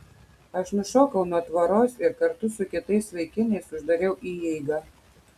aš nušokau nuo tvoros ir kartu su kitais vaikinais uždariau įeigą